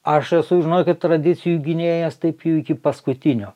aš esu žinokit tradicijų gynėjas taip jau iki paskutinio